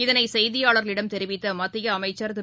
இதனை செய்தியாளர்களிடம் தெரிவித்த மத்திய அமைச்சர் திரு